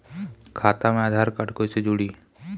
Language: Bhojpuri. खाता मे आधार कार्ड कईसे जुड़ि?